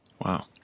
Wow